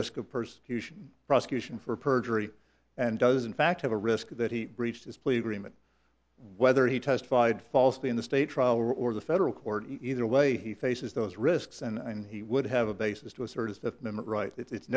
risk of persecution prosecution for perjury and does in fact have a risk that he breached his plea agreement whether he testified falsely in the state trial or the federal court either way he faces those risks and he would have a basis to assert is the limit right it's